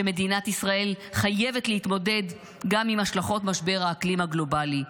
שמדינת ישראל חייבת להתמודד גם עם השלכות משבר האקלים הגלובלי.